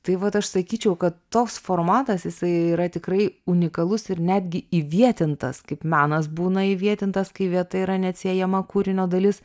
tai vat aš sakyčiau kad toks formatas jisai yra tikrai unikalus ir netgi įvietintas kaip menas būna įvietintas kai vieta yra neatsiejama kūrinio dalis